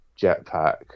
Jetpack